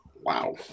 Wow